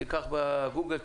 תבדוק בגוגל,